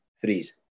threes